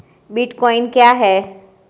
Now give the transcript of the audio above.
Bitcoin क्या है?